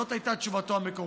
זאת הייתה תשובתו המקורית.